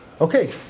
Okay